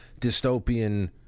dystopian